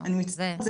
אני מצטערת,